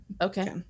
Okay